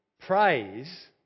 Praise